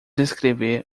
descrever